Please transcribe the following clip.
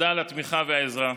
תודה על התמיכה והעזרה.